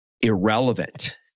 irrelevant